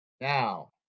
Now